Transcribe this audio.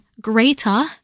greater